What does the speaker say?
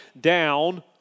down